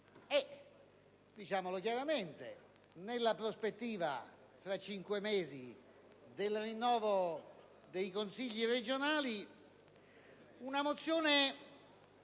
- diciamolo chiaramente - nella prospettiva, tra cinque mesi, del rinnovo dei consigli regionali, una mozione